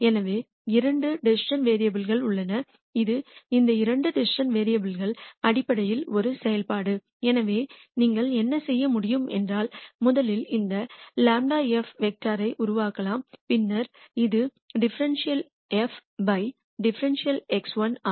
எனவே இரண்டு decision variable கள் உள்ளன இது இந்த இரண்டு டிசிசன் வேரியபுல் கள் அடிப்படையில் ஒரு செயல்பாடு எனவே நீங்கள் என்ன செய்ய முடியும் என்றால் முதலில் இந்த ∇ f வெக்டார் உருவாக்கலாம் இது ∂f ∂x1 ஆகும்